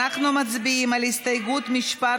אנחנו מצביעים על הסתייגות מס'